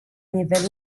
nivel